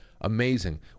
Amazing